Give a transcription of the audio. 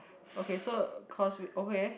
okay so cost okay